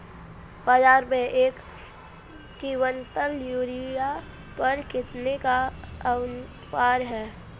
बाज़ार में एक किवंटल यूरिया पर कितने का ऑफ़र है?